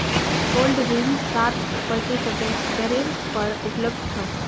gold ऋण सात प्रतिशतेर दरेर पर उपलब्ध छ